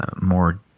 more